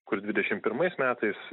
kur dvidešimt pirmais metais